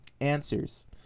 Answers